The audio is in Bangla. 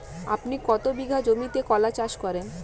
আপনি কত বিঘা জমিতে কলা চাষ করেন?